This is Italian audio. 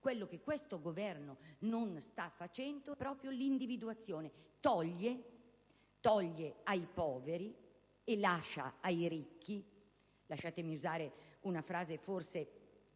Ciò che questo Governo non sta facendo è proprio tale individuazione. Il Governo toglie ai poveri e lascia ai ricchi: lasciatemi usare una frase forse